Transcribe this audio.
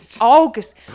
August